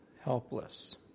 helpless